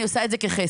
אני עושה את זה כחסד.